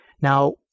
Now